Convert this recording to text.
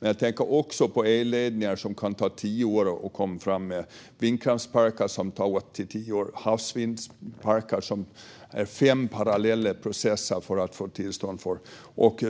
Men jag tänker också på elledningar som det kan ta tio år att komma fram med, vindkraftsparker som tar åtta till tio år, havsvindkraftsparker som det krävs fem parallella processer för att få tillstånd för och